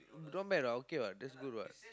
you don't want bet ah okay what that's good what